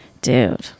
Dude